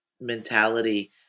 mentality